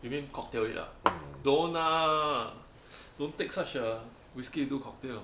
you mean cocktail it ah don't ah don't take such a whiskey do cocktail